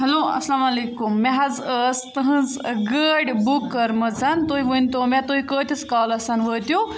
hello اَلسلام عَلیکُم مےٚ حظ ٲس تُہٕنٛز گٲڑۍ بُک کٔرمٕژ تُہۍ ؤنۍتو مےٚ تُہۍ کۭتِس کالَس وٲتِو